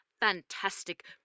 fantastic